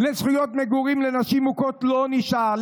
לזכויות מגורים לנשים מוכות לא נשאר,